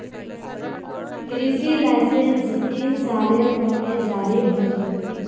कृषि लाइसेंस तीन सालेर त न जारी ह छेक